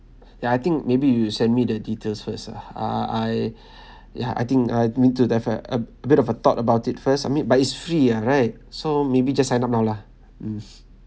ya I think maybe you send me the details first lah ah I ya I think I need to have a a bit of a thought about it first I mean but is free ah right so maybe just sign up now lah mm